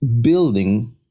building